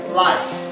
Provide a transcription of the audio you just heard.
life